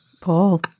Paul